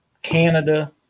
Canada